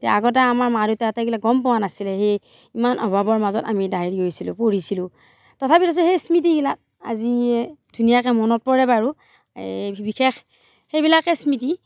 এতিয়া আগতে আমাৰ মা দেউতাহঁতে এইবিলাক গম পোৱা নাছিলে সেই ইমান অভাৱৰ মাজত আমি হেৰি হৈছিলো পঢ়িছিলো তথাপি দেচোন সেই স্মৃতিবিলাক আজি ধুনীয়াকৈ মনত পৰে বাৰু এই বিশেষ সেইবিলাকেই স্মৃতি